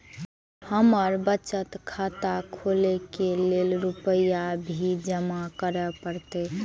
हमर बचत खाता खोले के लेल रूपया भी जमा करे परते?